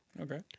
Okay